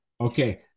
Okay